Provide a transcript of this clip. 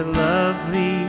lovely